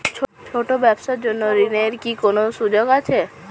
ছোট ব্যবসার জন্য ঋণ এর কি কোন সুযোগ আছে?